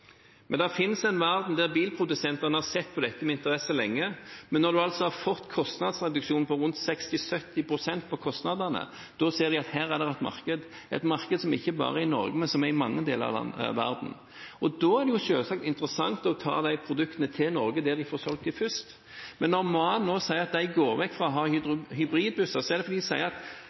men det finnes en verden der bilprodusentene har sett på dette med interesse lenge. Når man har fått en kostnadsreduksjon på 60–70 pst., ser man at her er det et marked ikke bare i Norge, men i mange deler av verden. Da er det selvsagt interessant å ta de produktene til Norge, der man får solgt dem først. Men når MAN sier at de nå går vekk fra hybridbusser, er det fordi de sier at nå er kostnadene på batteriteknologien så lave at det ikke er regningssvarende å ha begge deler om bord. Nå er det